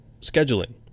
scheduling